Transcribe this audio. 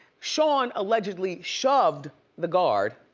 sean allegedly shoved the guard.